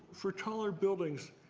for taller buildings.